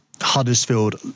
Huddersfield